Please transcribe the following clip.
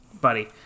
Buddy